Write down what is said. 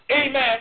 Amen